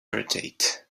rotate